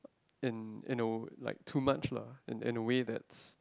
in you know like too much lah in in a way that's